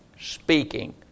speaking